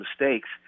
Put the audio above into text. mistakes